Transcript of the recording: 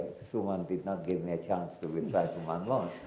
so ah and did not give me a chance to reply to mine like